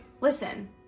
listen